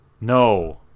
No